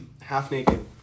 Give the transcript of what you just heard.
half-naked